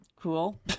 cool